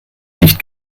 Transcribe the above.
nicht